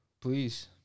Please